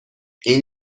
این